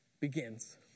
begins